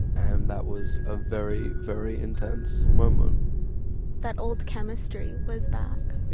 and that was a very very intense moment that old chemistry was back